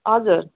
हजुर